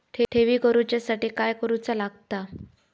ठेवी करूच्या साठी काय करूचा लागता?